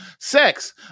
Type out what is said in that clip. Sex